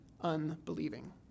unbelieving